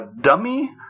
dummy